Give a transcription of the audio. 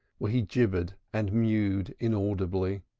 where he gibbered and mowed inaudibly.